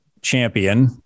champion